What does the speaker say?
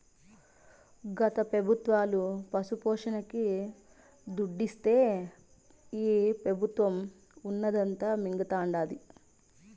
గత పెబుత్వాలు పశుపోషణకి దుడ్డిస్తే ఈ పెబుత్వం ఉన్నదంతా మింగతండాది